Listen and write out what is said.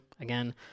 Again